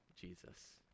Jesus